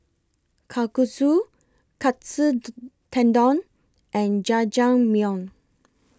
Kalguksu Katsu Tendon and Jajangmyeon